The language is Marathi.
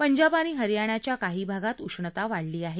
पंजाब आणि हरयाणाच्या काही भागात उष्णता वाढली आहे